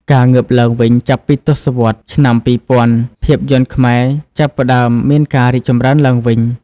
ការងើបឡើងវិញ ចាប់ពីទសវត្សរ៍ឆ្នាំ២០០០ ភាពយន្តខ្មែរចាប់ផ្ដើមមានការរីកចម្រើនឡើងវិញ។